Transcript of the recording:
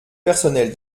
personnel